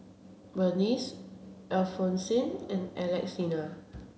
Berneice Alphonsine and Alexina